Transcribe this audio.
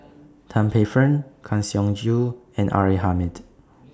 Tan Paey Fern Kang Siong Joo and R A Hamid